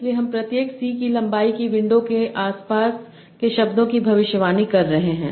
इसलिए हम प्रत्येक c की लंबाई की विंडो में आसपास के शब्दों की भविष्यवाणी कर रहे हैं